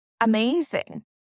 amazing